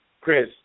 Chris